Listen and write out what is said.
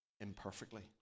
imperfectly